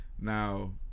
now